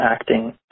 acting